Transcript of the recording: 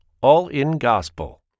all-in-gospel